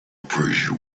appreciate